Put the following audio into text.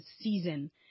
season